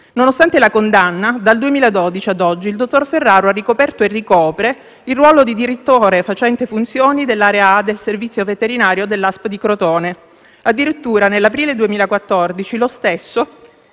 Nonostante la condanna, dal 2012 ad oggi il dottor Ferraro ha ricoperto e ricopre il ruolo di direttore facente funzioni dell'area A del servizio veterinario dell'ASP di Crotone. Addirittura, nell'aprile 2014, lo stesso